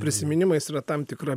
prisiminimais yra tam tikra